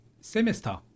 semester